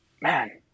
man